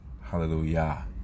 Hallelujah